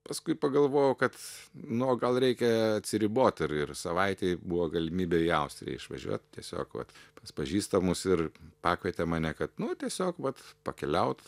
paskui pagalvojau kad nu o gal reikia atsiribot ir ir savaitei buvo galimybė į austriją išvažiuot tiesiog vat pas pažįstamus ir pakvietė mane kad nu tiesiog vat pakeliaut